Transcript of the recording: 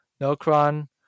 Nocron